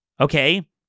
Okay